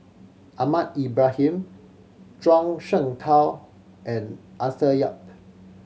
Ahmad Ibrahim Zhuang Shengtao and Arthur Yap